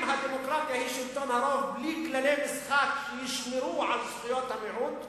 אם הדמוקרטיה היא שלטון הרוב בלי כללי משחק שישמרו על זכויות המיעוט,